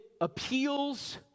appeals